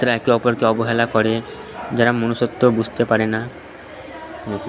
তারা একে অপরকে অবহেলা করে যারা মনুষ্যত্ব বুঝতে পারে না